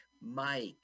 Mike